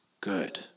good